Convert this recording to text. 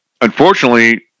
Unfortunately